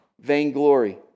vainglory